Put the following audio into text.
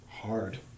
hard